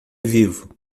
vivo